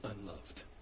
unloved